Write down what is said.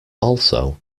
also